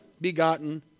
begotten